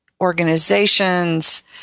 organizations